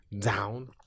Down